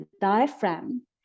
diaphragm